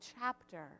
chapter